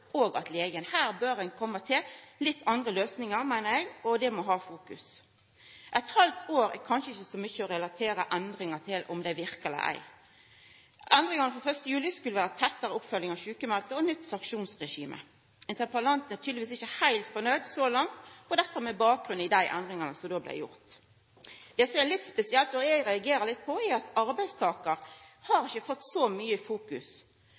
må ha fokus. Eit halvt år er kanskje ikkje så mykje å relatera endringar til, om det verkar eller ei. Endringane frå 1. juli skulle vera tettare oppfølging av sjukmelde og nytt sanksjonsregime. Interpellanten er tydelegvis ikkje heilt fornøgd så langt, med bakgrunn i dei endringane som då blei gjorde. Det som er litt spesielt, og som eg reagerer litt på, er at arbeidstakar ikkje har fått så mykje fokus.